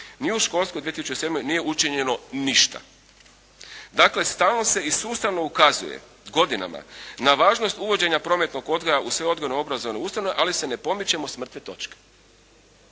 ni u školskoj 2007. nije učinjeno ništa. Dakle, stalno se i sustavno ukazuje godinama na važnost uvođenja prometnog odgoja u sve odgojno-obrazovne ustanove, ali se ne pomičemo s mrtve točke.